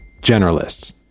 Generalists